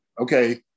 Okay